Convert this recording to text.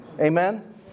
Amen